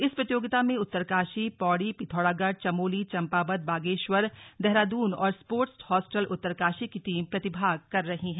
इस प्रतियोगता में उत्तरकाशी पौड़ी पिथौरागढ़ चमोली चम्पावत बागेश्वर देहरादून और स्पोर्ट्स हॉस्टल उत्तरकाशी की टीम प्रतिभाग कर रही हैं